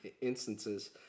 instances